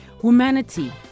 Humanity